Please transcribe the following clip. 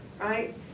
right